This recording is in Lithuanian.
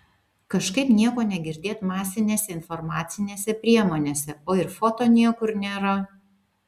kažkaip nieko negirdėt masinėse informacinėse priemonėse o ir foto niekur nėra